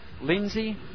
Lindsay